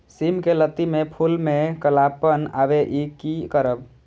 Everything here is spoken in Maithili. सिम के लत्ती में फुल में कालापन आवे इ कि करब?